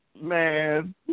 Man